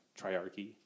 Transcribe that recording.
triarchy